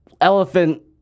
Elephant